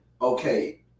Okay